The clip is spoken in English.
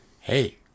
hey